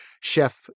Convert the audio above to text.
Chef